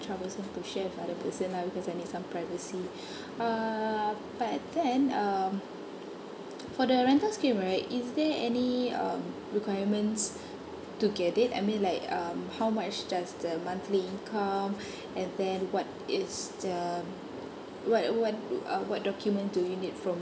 troublesome to share with other person lah because I need some privacy uh but then um for the rental scheme right is there any um requirements to get it I mean like um how much does the monthly income and then what is the um what what uh what document do you need from